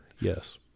Yes